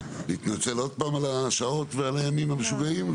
להתנצל עוד פעם על השעות ועל הימים המשוגעים?